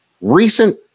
Recent